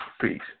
peace